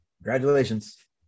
Congratulations